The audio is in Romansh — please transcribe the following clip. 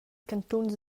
cantuns